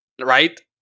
Right